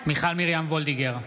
מיכל מרים וולדיגר,